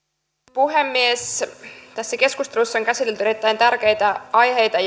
puhemies tässä keskustelussa on käsitelty erittäin tärkeitä aiheita